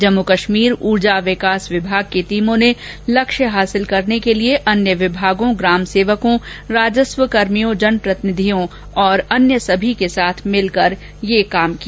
जम्मू कश्मीर ऊर्जा विकास विभाग की टीमों ने यह लक्ष्य हासिल करने के लिए अन्य विभागों ग्राम सेवकों राजस्व कर्मियों जन प्रतिनिधियों और अन्य सभी के साथ मिलकर कार्य किया